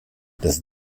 dass